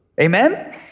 amen